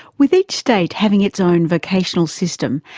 with each state having its own vocational system,